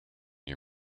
you